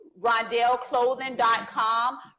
rondellclothing.com